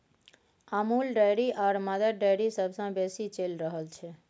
Amul Dairy आ Mother Dairy सबसँ बेसी चलि रहल छै